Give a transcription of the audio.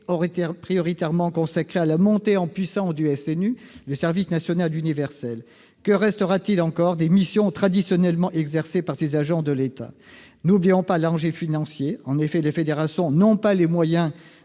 prioritairement affectés à la montée en puissance du SNU, le service national universel. Que restera-t-il alors des missions traditionnellement exercées par ces agents de l'État ? Et n'oublions pas l'enjeu financier. En effet, les fédérations n'ont pas les moyens